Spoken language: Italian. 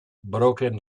broken